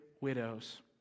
widows